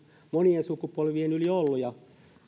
monien sukupolvien yli ollut ja